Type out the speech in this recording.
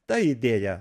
tą idėja